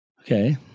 Okay